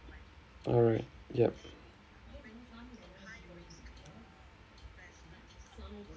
alright yup